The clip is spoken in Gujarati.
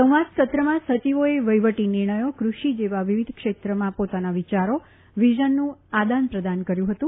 સંવાદ સત્રમાં સચિવોએ વહિવટી નિર્ણયો કૃષિ જેવા વિવિધ ક્ષેત્રમાં પોતાના વિચારો વિઝનનું આદાન પ્રદાન કર્યું હતું